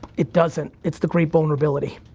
it doesn't, it's the great vulnerability.